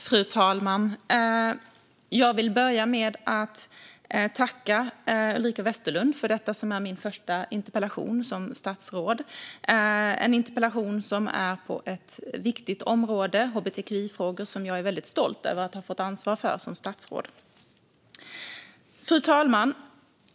Fru talman! Jag vill börja med att tacka Ulrika Westerlund för vad som är min första interpellationsdebatt som statsråd. Interpellationen handlar om ett viktigt område, hbtqi-frågor, som jag är väldigt stolt över att ha fått ansvar för som statsråd. Fru talman!